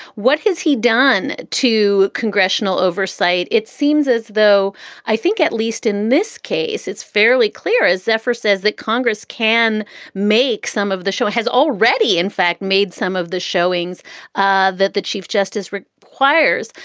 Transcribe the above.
what has he done to congressional oversight? it seems as though i think, at least in this case, it's fairly clear, as zephyr says, that congress can make some of the show. it has already, in fact, made some of the showings ah that the chief justice requires.